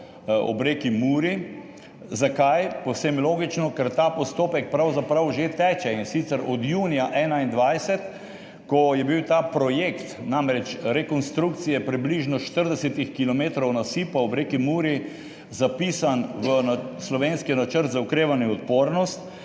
ob reki Muri. Zakaj? Povsem logično, ker ta postopek pravzaprav že teče in sicer od junija 2021, ko je bil ta projekt, namreč rekonstrukcije približno štiridesetih kilometrov nasipa ob reki Muri, zapisan v slovenski načrt za okrevanje in odpornost,